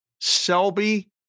Selby